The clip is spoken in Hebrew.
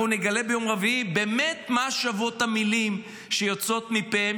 אנחנו נגלה ביום רביעי באמת מה שוות המילים שיוצאות מפיהם